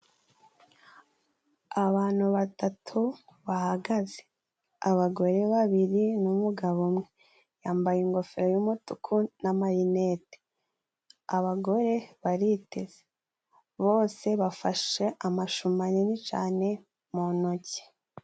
Abanu batatu bahagaze abagore babiri n'umugabo umwe, yambaye ingofero y'umutuku n'amarinete, abagore bariteze bose bafashe amashu manini cane mu noki.